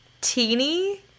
teeny